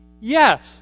Yes